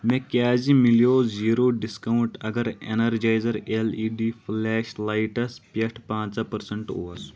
مےٚ کیٛازِ مِلیٚو زیرو ڈسکونٛٹ اگر Energizer L E D flash lights پٮ۪ٹھ پنٛژہ پرسنٹ اوس